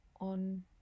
on